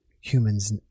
humans